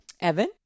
Evan